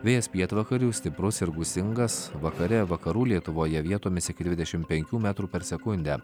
vėjas pietvakarių stiprus ir gūsingas vakare vakarų lietuvoje vietomis iki dvidešimt penkių metrų per sekundę